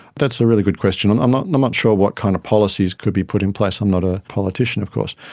that's a really good question. i'm um not and not sure what kind of policies could be put in place, i'm not a politician of course.